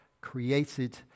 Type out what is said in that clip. created